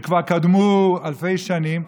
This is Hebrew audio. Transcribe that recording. וכבר הקדימו אותו באלפי שנים,